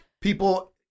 people